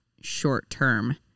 short-term